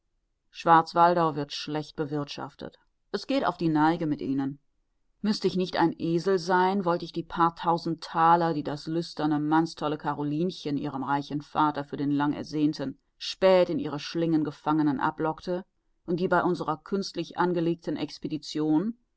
schwarzwaldau wird schlecht bewirthschaftet es geht auf die neige mit ihnen müßt ich nicht ein esel sein wollt ich die paar tausend thaler die das lüsterne mannstolle carolinchen ihrem reichen vater für den langersehnten spät in ihre schlingen gefangenen ablockte und die bei unserer künstlich angelegten expedition